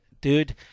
dude